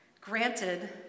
Granted